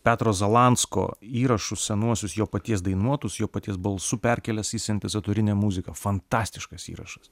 petro zalansko įrašus senuosius jo paties dainuotus jo paties balsu perkėlęs į sintezatorinę muziką fantastiškas įrašas